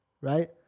right